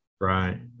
right